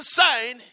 sign